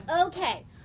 Okay